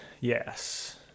Yes